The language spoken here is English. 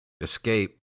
escape